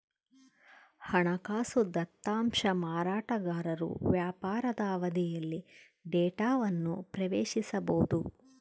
ಹಣಕಾಸು ದತ್ತಾಂಶ ಮಾರಾಟಗಾರರು ವ್ಯಾಪಾರದ ಅವಧಿಯಲ್ಲಿ ಡೇಟಾವನ್ನು ಪ್ರವೇಶಿಸಬೊದು